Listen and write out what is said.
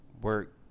work